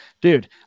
dude